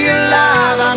alive